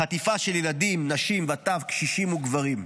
חטיפה של ילדים, נשים וטף, קשישים וגברים.